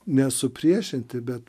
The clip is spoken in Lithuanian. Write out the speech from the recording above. nesupriešinti bet